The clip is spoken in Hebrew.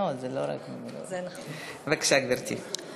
בבקשה, גברתי.